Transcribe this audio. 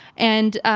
and,